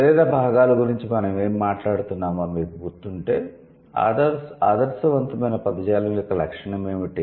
శరీర భాగాల గురించి మనం ఏమి మాట్లాడుకున్నామో మీకు గుర్తుంటే ఆదర్శవంతమైన పదజాలం యొక్క లక్షణం ఏమిటి